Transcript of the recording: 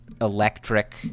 electric